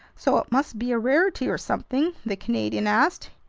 so it must be a rarity or something? the canadian asked,